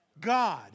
God